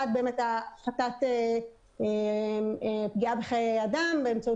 אחד הפחתת פגיעה בחיי אדם באמצעות